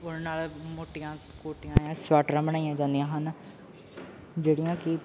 ਉੱਨ ਨਾਲ ਮੋਟੀਆਂ ਕੋਟੀਆਂ ਜਾਂ ਸਵੈਟਰਾਂ ਬਣਾਈਆਂ ਜਾਂਦੀਆਂ ਹਨ ਜਿਹੜੀਆਂ ਕਿ